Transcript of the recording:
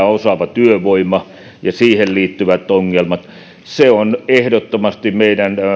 osaava työvoima ja siihen liittyvät ongelmat se on ehdottomasti meidän